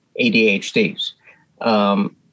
ADHDs